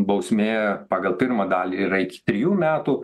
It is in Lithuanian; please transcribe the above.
bausmė pagal pirmą dalį yra iki trijų metų